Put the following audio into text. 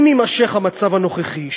אם יימשך המצב הנוכחי,